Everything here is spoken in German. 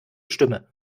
stimme